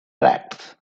tracts